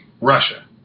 Russia